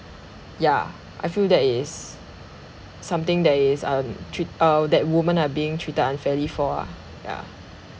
ya I feel that it is something that is um treat uh that women are being treated unfairly for ah yeah